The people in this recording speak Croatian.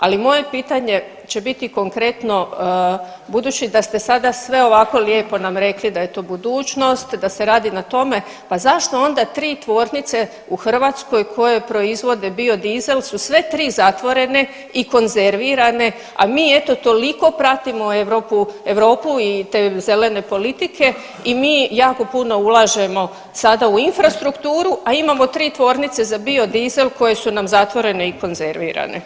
Ali moje je pitanje će biti konkretno budući da ste sada sve ovako lijepo nam rekli da je to budućnost, da se radi na tome, pa zašto onda tri tvornice u Hrvatskoj koje proizvode bio dizel su sve tri zatvorene i konzervirane, a mi eto toliko pratimo Europu i te zelene politike i mi jako puno ulažemo sada u infrastrukturu, a imamo tri tvornice za bio dizel koje su nam zatvorene i konzervirane.